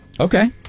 Okay